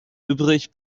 übrig